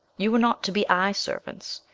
you are not to be eye-servants.